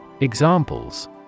Examples